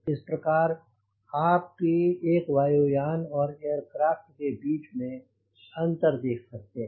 इस प्रकार आपकी एक वायु यान और एयरक्राफ़्ट के बीच में अंतर देख सकते हैं